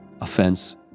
offense